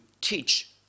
teach